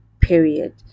period